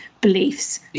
beliefs